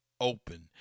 Open